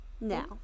Now